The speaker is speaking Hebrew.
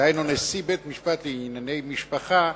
דהיינו נשיא בית-משפט לענייני משפחה,